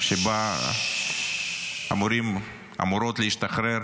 שאז אמורות להשתחרר